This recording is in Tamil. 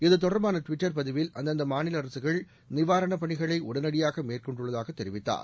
இது தொடர்பாள ட்விட்டர் பதிவில் அந்தந்த மாநில அரசுகள் நிவாரண பணிகளை உடனடியாக மேற்கொண்டுள்ளதாக தெரிவித்தார்